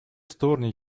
стороны